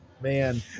Man